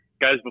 guys